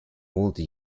multi